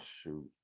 shoot